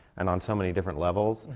and on so many different levels.